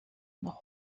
noch